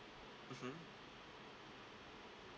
mmhmm